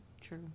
True